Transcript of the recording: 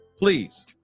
Please